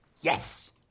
Yes